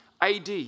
AD